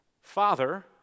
Father